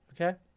okay